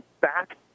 back